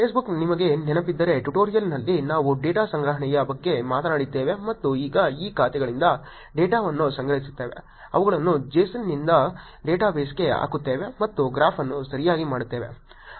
Facebook ನಿಮಗೆ ನೆನಪಿದ್ದರೆ tutorial ನಲ್ಲಿ ನಾವು ಡೇಟಾ ಸಂಗ್ರಹಣೆಯ ಬಗ್ಗೆ ಮಾತನಾಡಿದ್ದೇವೆ ಮತ್ತು ಈಗ ಈ ಖಾತೆಗಳಿಂದ ಡೇಟಾವನ್ನು ಸಂಗ್ರಹಿಸುತ್ತೇವೆ ಅವುಗಳನ್ನು json ನಿಂದ ಡೇಟಾಬೇಸ್ಗೆ ಹಾಕುತ್ತೇವೆ ಮತ್ತು ಗ್ರಾಫ್ ಅನ್ನು ಸರಿಯಾಗಿ ಮಾಡುತ್ತೇವೆ